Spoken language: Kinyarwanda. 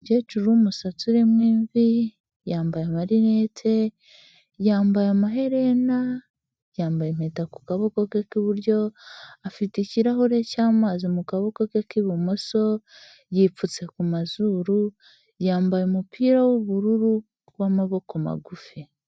Umukecuru w'umusatsi urimo imvi yambaye amarinete yambaye amaherena yambaye impeta ku gaboko k'iburyo, afite ikirahure cyamazi mu kaboko ke k'ibumoso yipfutse ku mazuru yambaye umupira w'ubururu w'amaboko magufi.